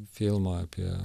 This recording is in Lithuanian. filmą apie